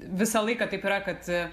visą laiką taip yra kad